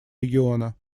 региона